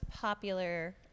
popular